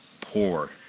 poor